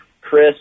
Chris